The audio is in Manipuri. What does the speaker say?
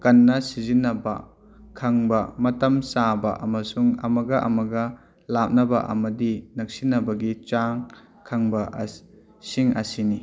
ꯀꯟꯅ ꯁꯤꯖꯤꯟꯅꯕ ꯈꯪꯕ ꯃꯇꯝ ꯆꯥꯕ ꯑꯃꯁꯨꯡ ꯑꯃꯒ ꯑꯃꯒ ꯂꯥꯞꯅꯕ ꯑꯃꯗꯤ ꯅꯛꯁꯤꯟꯅꯕꯒꯤ ꯆꯥꯡ ꯈꯪꯕ ꯁꯤꯡ ꯑꯁꯤꯅꯤ